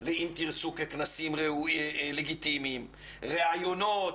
ל"אם תרצו" ככנסים לגיטימיים, ראיונות,